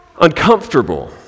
uncomfortable